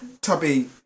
tubby